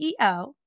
ceo